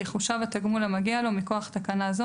יחושב התגמול המגיע לו מכוח תקנה זו